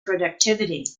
productivity